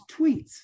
tweets